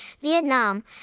Vietnam